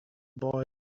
boy